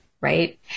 right